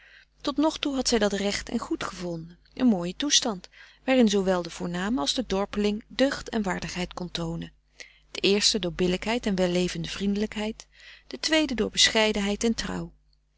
tot nog toe had zij dat recht en goed gevonden een mooie toestand waarin zoowel de voorname als de dorpeling deugd en waardigheid kon toonen de eerste door billijkheid en wellevende vriendelijkheid de tweede door bescheidenheid en trouw